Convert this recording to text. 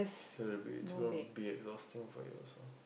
it's going to be it's going to be exhausting for you also